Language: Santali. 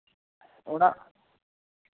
ᱚᱲᱟᱜ